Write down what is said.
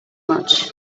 much